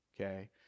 okay